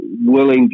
willing